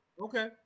Okay